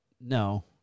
No